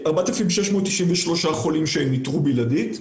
4,693 חולים שהם איתרו בלעדית,